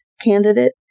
candidate